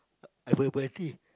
everybody